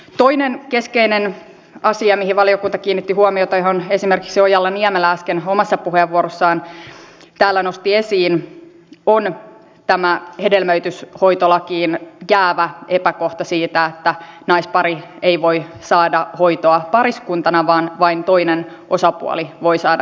toinen keskeinen asia mihin valiokunta kiinnitti huomiota jonka esimerkiksi ojala niemelä äsken omassa puheenvuorossaan täällä nosti esiin on hedelmöityshoitolakiin jäävä epäkohta siitä että naispari ei voi saada hoitoa pariskuntana vaan vain toinen osapuoli voi saada hoitoa